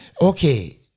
Okay